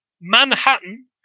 Manhattan